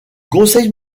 conseil